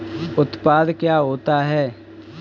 उत्पाद क्या होता है?